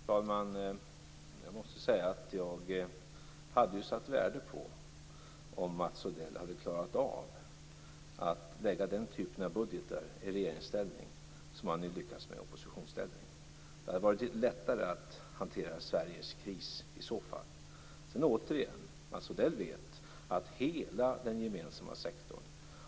Fru talman! Jag måste säga att jag skulle ha satt värde på om Mats Odell hade klarat av att lägga den typ av budgetar i regeringsställning som han nu lyckas med i oppositionsställning. Det hade i så fall varit litet lättare att hantera Sveriges kris. Återigen: Mats Odell vet att hela den gemensamma sektorn